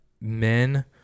men